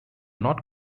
not